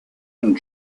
and